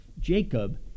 jacob